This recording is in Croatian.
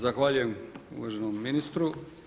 Zahvaljujem uvaženom ministru.